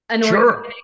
Sure